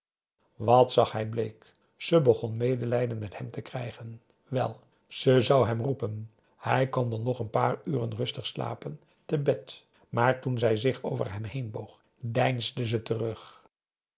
wat zag hij bleek ze begon medelijden met hem te krijgen wel ze zou hem roepen hij kon dan nog n paar uren rustig slapen te bed maar toen zij zich over hem heen boog deinsde ze terug